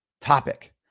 topic